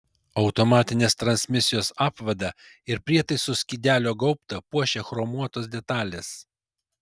automatinės transmisijos apvadą ir prietaisų skydelio gaubtą puošia chromuotos detalės